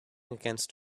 against